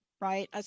right